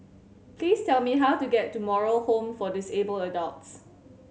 please tell me how to get to Moral Home for Disabled Adults